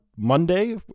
monday